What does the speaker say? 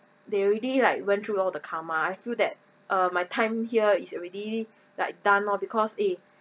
they already like went through all the karma I feel that uh my time here is already like done lor because eh